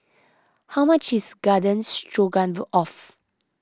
how much is Garden Stroganoff